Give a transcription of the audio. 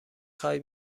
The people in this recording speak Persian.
خوای